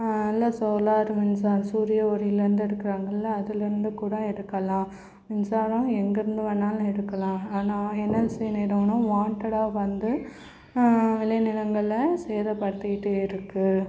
இல்லை சோலார் மின்சாரம் சூரிய ஒளியில் இருந்து எடுக்கிறாங்கள்ல அதில் இருந்து கூட எடுக்கலாம் மின்சாரம் எங்கே இருந்து வேண்ணாலும் எடுக்கலாம் ஆனால் என்எல்சி நிறுவனம் வாண்ட்டடாக வந்து விளைநிலங்களை சேதப்படுத்திகிட்டு இருக்குது